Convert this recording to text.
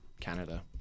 Canada